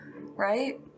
right